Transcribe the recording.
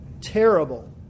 terrible